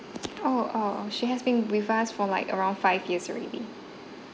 oh oh oh she has been with us for like around five years already